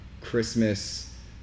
Christmas